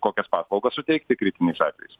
kokias paslaugas suteikti kritiniais atvejais